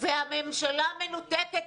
והממשלה מנותקת.